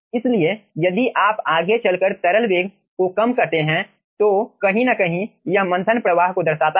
इसलिए यदि आप आगे चलकर तरल वेग को कम करते हैं तो कहीं न कहीं यह मंथन प्रवाह को दर्शाता है